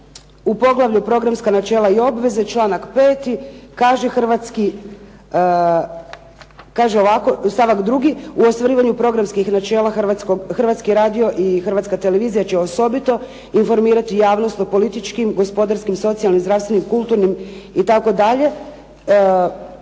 u poglavlju programska načela i obveze članak 5. kaže ovako stavak 2. "U ostvarivanju programskih načela Hrvatski radio i Hrvatska televizija će osobito informirati javnost o političkim, gospodarskim, socijalnim, zdravstvenim, kulturnim itd.